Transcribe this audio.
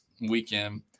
weekend